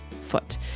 foot